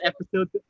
episode